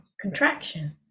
contraction